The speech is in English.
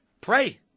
pray